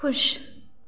खुश